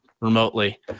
remotely